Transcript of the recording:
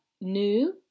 new